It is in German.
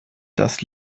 das